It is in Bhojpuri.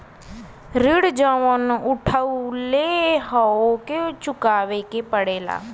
ऋण जउन उठउले हौ ओके चुकाए के पड़ेला